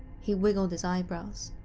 he wiggled his eyebrows,